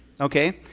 Okay